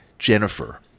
jennifer